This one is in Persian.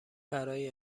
برای